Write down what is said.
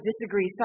disagree